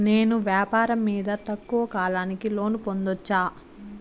నేను వ్యాపారం మీద తక్కువ కాలానికి లోను పొందొచ్చా?